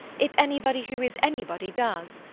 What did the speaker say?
if anybody who is anybody does.